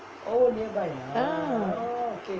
ah